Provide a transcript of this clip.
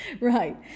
Right